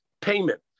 Payment